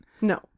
no